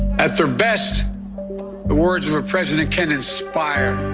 at the best, the words of a president can inspire.